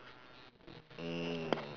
mm